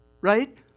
right